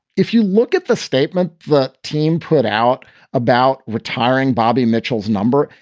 if you look at the statement the team put out about retiring bobby mitchell's number,